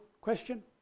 question